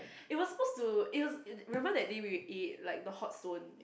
it was supposed to it was it remember that day we eat the hot stone